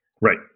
Right